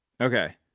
Okay